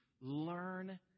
Learn